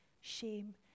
shame